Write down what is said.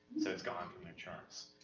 so it's gone from their charts.